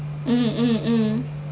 mm mm mm